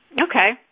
okay